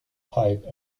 pipe